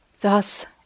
Thus